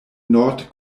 nord